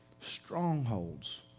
Strongholds